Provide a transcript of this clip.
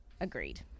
Agreed